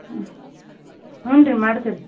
ಹ್ಞೂ ಹ್ಞೂ ರೀ ಮಾಡ್ತಿವಿ ರೀ